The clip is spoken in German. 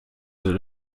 sehr